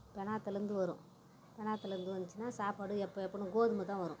பெனாத்தல்லேருந்து வரும் பெனாத்தல்லேருந்து வந்துச்சுன்னா சாப்பாடும் எப்போ எப்போன்னு கோதுமை தான் வரும்